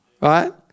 right